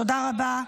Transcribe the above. תודה רבה.